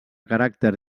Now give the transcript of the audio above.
caràcter